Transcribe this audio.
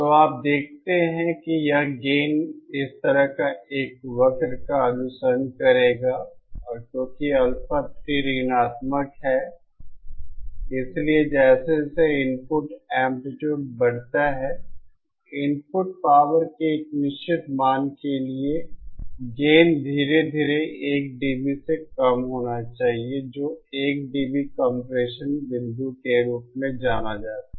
तो आप देखते हैं कि यह गेन इस तरह एक वक्र का अनुसरण करेगा और क्योंकि अल्फा 3 ऋणात्मक है इसलिए जैसे जैसे इनपुट एंप्लीट्यूड बढ़ता है इनपुट पावर के एक निश्चित मान के लिए गेन धीरे धीरे 1 dB से कम होना चाहिए जो 1 डीबी कंप्रेशन बिंदु के रूप में जाना जाता है